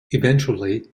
eventually